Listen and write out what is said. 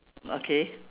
okay